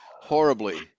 horribly